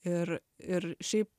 ir ir šiaip